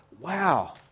wow